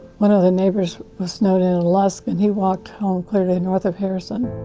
one of the neighbors was snowed in in lusk and he walked home clear to north of harrison.